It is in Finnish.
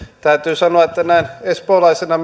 täytyy sanoa että näin espoolaisena